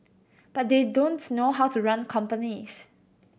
but they don't know how to run companies